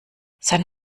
sein